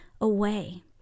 away